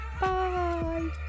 Bye